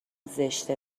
زشته